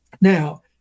Now